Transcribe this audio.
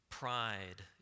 pride